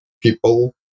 people